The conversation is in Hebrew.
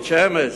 בית-שמש.